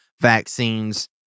vaccines